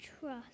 trust